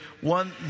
One